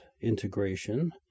Integration